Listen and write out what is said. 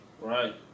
right